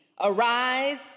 Arise